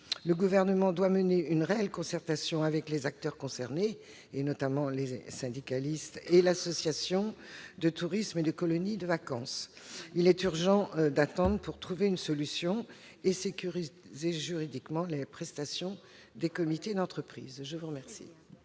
Le Gouvernement doit mener une réelle concertation avec les acteurs concernés, notamment les syndicalistes et les associations de tourisme et de colonies de vacances. Il est urgent d'attendre pour trouver une solution et sécuriser juridiquement les prestations des comités d'entreprise. Je mets aux voix